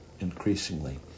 increasingly